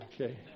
okay